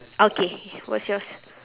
okay what's yours